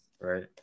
right